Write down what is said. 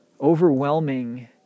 overwhelming